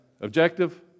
objective